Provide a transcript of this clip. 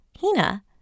Hina